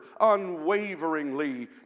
unwaveringly